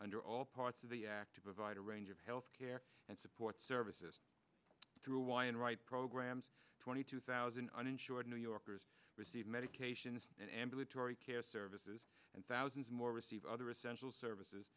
under all parts of the act to provide a range of health care and support services through y and right programs twenty two thousand uninsured new yorkers receive medications and ambulatory care services and thousands more receive other essential services